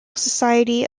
society